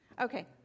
Okay